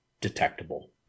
detectable